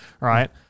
right